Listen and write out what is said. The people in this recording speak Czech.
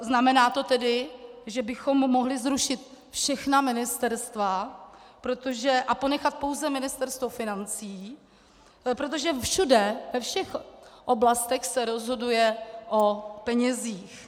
Znamená to tedy, že bychom mohli zrušit všechna ministerstva a ponechat pouze Ministerstvo financí, protože všude, ve všech oblastech, se rozhoduje o penězích.